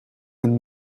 een